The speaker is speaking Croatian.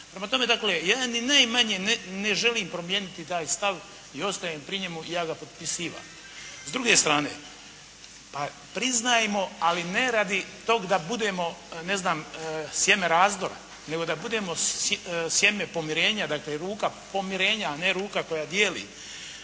Prema tome, ja ni najmanje ne želim promijeniti taj stav i ostajem pri njemu i ja ga potpisujem. S druge strane, pa priznajmo, ali ne radi tog da budemo ne znam sjeme razdora, nego da budemo sjeme pomirenja. Dakle, ruka pomirenja, a ne ruka koja dijeli,